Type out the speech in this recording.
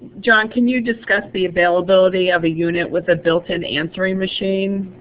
john, can you discuss the availability of a unit with a built-in answering machine?